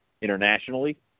internationally